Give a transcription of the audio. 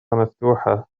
مفتوحة